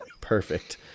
Perfect